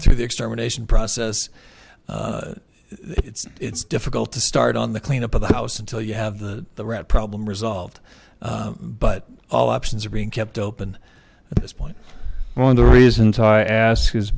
made through the extermination process it's it's difficult to start on the clean up of the house until you have the the rat problem resolved but all options are being kept open at this point one of the reasons i ask is